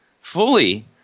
fully